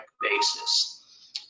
basis